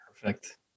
Perfect